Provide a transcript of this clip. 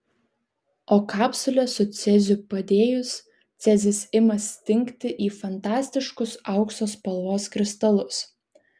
o kapsulę su ceziu padėjus cezis ima stingti į fantastiškus aukso spalvos kristalus